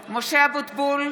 (קוראת בשמות חברי הכנסת) משה אבוטבול,